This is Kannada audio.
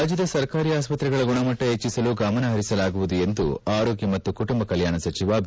ರಾಜ್ಕದ ಸರ್ಕಾರಿ ಆಸ್ತ್ರೆಗಳ ಗುಣಮಟ್ಟ ಹೆಚ್ಚಿಸಲು ಗಮನಪರಿಸಲಾಗುವುದು ಎಂದು ಆರೋಗ್ಕ ಮತ್ತು ಕುಟುಂಬ ಕಲ್ಕಾಣ ಸಚಿವ ಬಿ